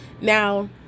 now